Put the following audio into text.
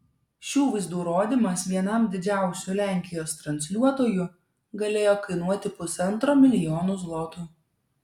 šių vaizdų rodymas vienam didžiausių lenkijos transliuotojų galėjo kainuoti pusantro milijonų zlotų